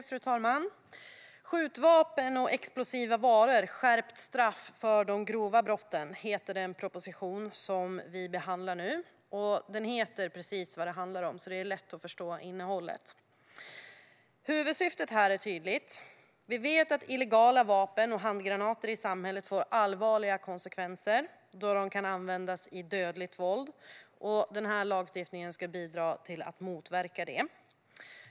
Fru talman! Skjutvapen och explosiva varor - skärpta straff för de grova brotten heter den proposition som vi nu behandlar. Den heter precis vad det handlar om, så det är lätt att förstå innehållet. Huvudsyftet är tydligt. Vi vet att illegala vapen och handgranater i samhället får allvarliga konsekvenser då de kan användas i dödligt våld. Den här lagstiftningen ska bidra till att motverka det.